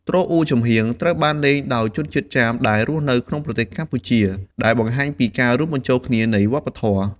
ទ្រអ៊ូចំហៀង ត្រូវបានលេងដោយជនជាតិចាមដែលរស់នៅក្នុងប្រទេសកម្ពុជា ដែលបង្ហាញពីការរួមបញ្ចូលគ្នានៃវប្បធម៌។